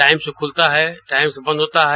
time से खुलता है टाइम से बंद होता है